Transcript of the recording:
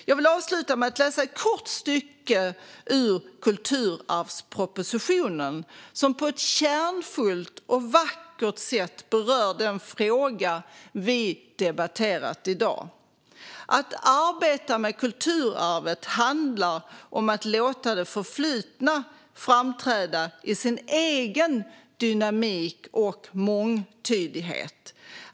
Jag vill avsluta med att läsa ett kort stycke ur kulturarvspropositionen som på ett kärnfullt och vackert sätt berör den fråga som vi har debatterat i dag: Att arbeta med kulturarvet handlar om att låta det förflutna framträda i sin egen dynamik och mångtydighet.